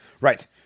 Right